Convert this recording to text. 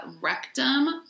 Rectum